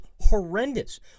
horrendous